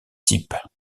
types